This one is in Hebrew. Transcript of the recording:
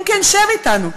אם כן, שב אתנו.